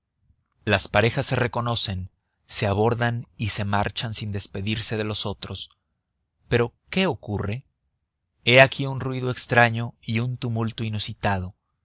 las parejas se reconocen se abordan y se marchan sin despedirse de los otros pero qué ocurre he aquí un ruido extraño y un tumulto inusitado